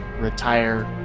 Retire